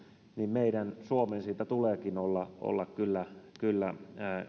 niin meidän suomen tuleekin olla olla kyllä kyllä